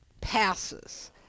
passes